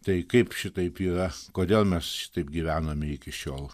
tai kaip šitaip yra kodėl mes šitaip gyvename iki šiol